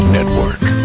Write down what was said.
Network